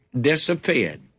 disappeared